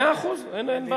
מאה אחוז, אין בעיה.